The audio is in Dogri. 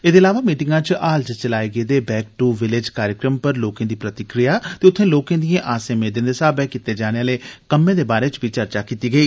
एदे इलावा मीटिंगा च हाल च चलाए गेदे 'बैक टू विलेज' कार्यक्रम पर लोकें दी प्रतिक्रिया ते उत्थे लोकें दियें आसें मेदें दे साब्बै कीते जाने आले कम्में दे बारै च चर्चा कीती गेई